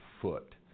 foot